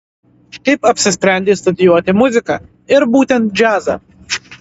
kaip apsisprendei studijuoti muziką ir būtent džiazą